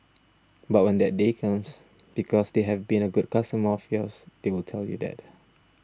but when that day comes because they have been a good customer of yours they will tell you that